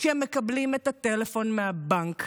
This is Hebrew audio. כשהם מקבלים את הטלפון מהבנק,